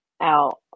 out